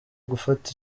gufata